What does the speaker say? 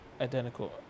identical